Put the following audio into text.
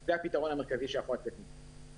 זה הפתרון המרכזי שיכול לצאת מכאן.